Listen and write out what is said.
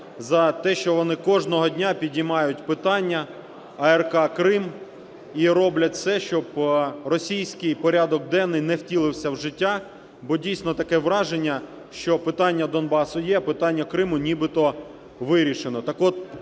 за те, що вони кожного дня підіймають питання АРК Крим, і роблять це, щоб російський порядок денний не втілився вжиття. Бо дійсно таке враження, що питання Донбасу є, а питання Криму нібито вирішено.